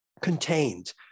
contained